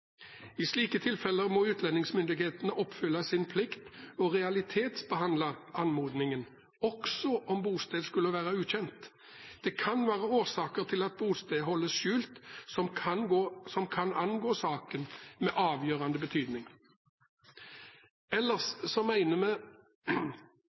I slike tilfeller må utlendingsmyndighetene oppfylle sin plikt og realitetsbehandle anmodningen, også om bosted skulle være ukjent. Det kan være årsaker til at bosted holdes skjult som kan angå saken med avgjørende